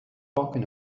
talking